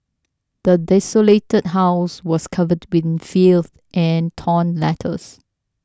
the desolated house was covered in filth and torn letters